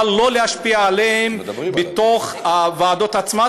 אבל לא להשפיע עליהן בתוך הוועדות עצמן,